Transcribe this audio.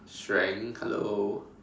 strength hello